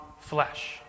flesh